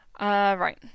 Right